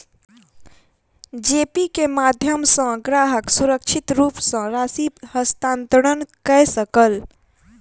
जी pay के माध्यम सॅ ग्राहक सुरक्षित रूप सॅ राशि हस्तांतरण कय सकल